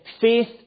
faith